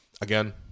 again